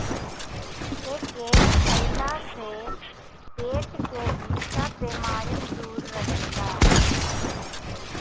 एके खइला से पेट के भी सब बेमारी दूर रहेला